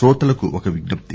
శ్రోతలకు ఒక విజ్ఱప్తి